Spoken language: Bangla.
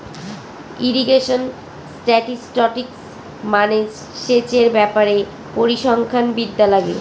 ইরিগেশন স্ট্যাটিসটিক্স মানে সেচের ব্যাপারে পরিসংখ্যান বিদ্যা লাগে